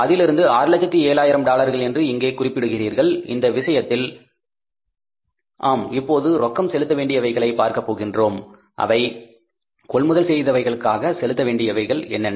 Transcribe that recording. அதிலிருந்து 607000 டாலர்கள் என்று இங்கே குறிப்பிடுக்குறீர்கள் இந்த விஷயத்தில் ஆம் இப்போது ரொக்கம் செலுத்தவேண்டியவைகளை பார்க்க போகின்றோம் அவை கொள்முதல் செய்தவைகளுக்காக செலுத்த வேண்டியவைகள் என்னென்ன